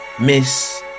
miss